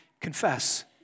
Confess